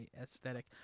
aesthetic